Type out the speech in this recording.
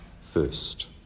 first